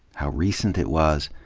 how recent it was,